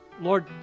Lord